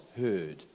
heard